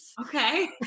okay